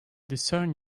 discern